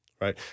right